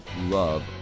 love